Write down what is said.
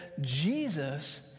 Jesus